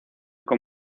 con